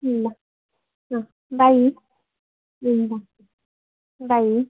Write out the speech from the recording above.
ल ल बाई ए ल बाई